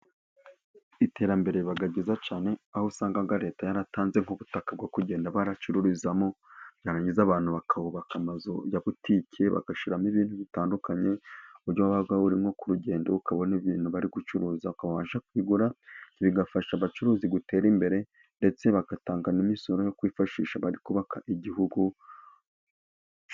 Iterambere riba ryiza cyane, aho usanga Leta yaratanze nk'ubutaka bwo kugenda baracururizamo, yarangiza abantu bakahubaka amazu ya butiki, bagashoramo ibintu bitandukanye. Ku buryo waba uri nko ku rugendo ukabona ibintu bari gucuruza ukaba wajya kubigura, bigafasha abacuruzi gutera imbere, ndetse bagatanga n'imisoro yo kwifashisha bari kubaka Igihugu.